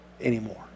anymore